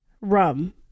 rum